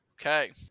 Okay